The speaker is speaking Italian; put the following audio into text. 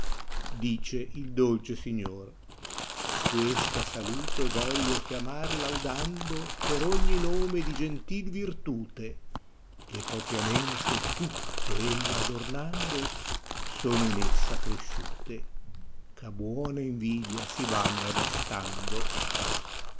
dice il dolce signor questa salute voglio chiamar laudando per ogni nome di gentil virtù te che propiamente tutte ella adornando sono in essa cresciute cha buona invidia si vanno adastando